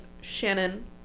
Shannon